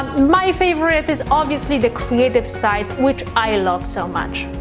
my favorite is obviously the creative side, which i love so much.